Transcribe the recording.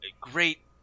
great